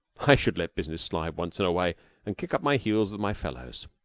i should let business slide once in a way and kick up my heels with my fellows.